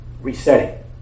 resetting